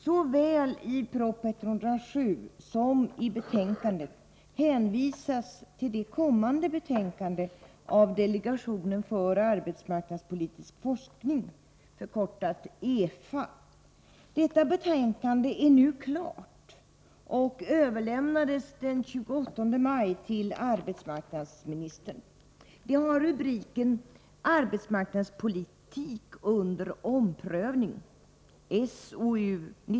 Såväl i proposition 107 som i betänkandet hänvisas till ett kommande betänkande från delegationen för arbetsmarknadspolitisk forskning, EFA. Detta betänkande är nu klart och överlämnades den 28 maj till arbetsmarknadsministern. Det har rubriken Arbetsmarknadspolitik under omprövning .